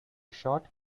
short